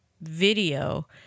video